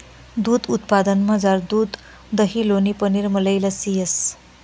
दूध उत्पादनमझार दूध दही लोणी पनीर मलई लस्सी येस